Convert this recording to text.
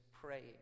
praying